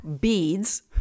beads